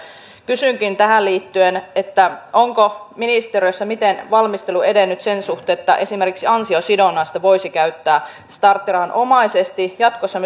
kysynkin tähän liittyen onko ministeriössä miten valmistelu edennyt sen suhteen että esimerkiksi ansiosidonnaista voisi käyttää starttirahanomaisesti jatkossa